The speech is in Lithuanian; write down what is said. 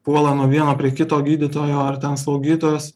puola nuo vieno prie kito gydytojo ar ten slaugytojos